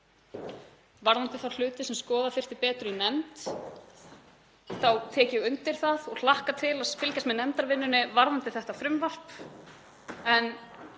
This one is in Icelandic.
Varðandi þá hluti sem skoða þyrfti betur í nefnd þá tek ég undir það og hlakka til að fylgjast með nefndarvinnunni varðandi þetta frumvarp,